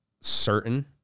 certain